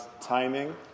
timing